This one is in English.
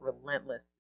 relentless